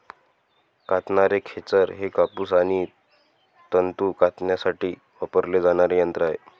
कातणारे खेचर हे कापूस आणि तंतू कातण्यासाठी वापरले जाणारे यंत्र आहे